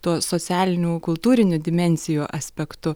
tuo socialinių kultūrinių dimensijų aspektu